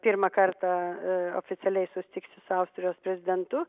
pirmą kartą oficialiai susitikti su austrijos prezidentu